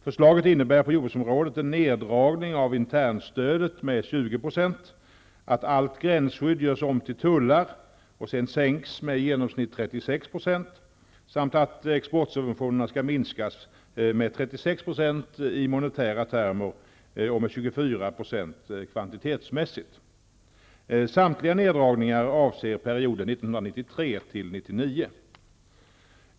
Förslaget innebär på jordbruksområdet en neddragning av internstödet med 20 %, att allt gränsskydd görs om till tullar och sänks med i genomsnitt 36 % samt att exportsubventionerna skall minskas med 36 % i monetära termer och med 24 % kvantitetsmässigt.